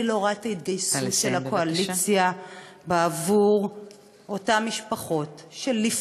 ואני לא רואה את ההתגייסות של הקואליציה עבור אותן משפחות של ליפתא,